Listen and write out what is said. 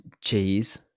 Cheese